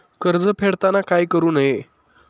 कर्ज फेडताना काय करु नये?